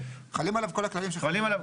חלים עליו כל הכללים שחלים על חברת גבייה.